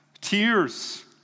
tears